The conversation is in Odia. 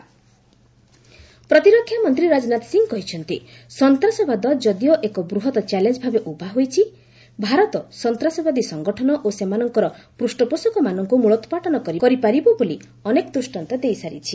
ରାଜନାଥ ଟେରର୍ ପ୍ରତିରକ୍ଷାମନ୍ତ୍ରୀ ରାଜନାଥ ସିଂ କହିଛନ୍ତି ସନ୍ତାସବାଦ ଯଦିଓ ଏକ ବୃହତ୍ ଚ୍ୟାଲେଞ୍ଜ ଭାବେ ଉଭା ହୋଇଛି ଭାରତ ସନ୍ତାସବାଦୀ ସଂଗଠନ ଓ ସେମାନଙ୍କର ପୃଷ୍ଠପୋଷକମାନଙ୍କୁ ମୂଳୋତ୍ପାଟନ କରିପାରିବ ବୋଲି ଅନେକ ଦୂଷ୍କାନ୍ତ ଦେଇସାରିଛି